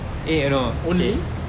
only